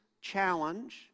challenge